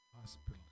Hospital